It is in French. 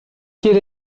quel